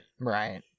Right